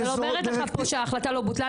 אבל היא אומרת לך שההחלטה לא בוטלה,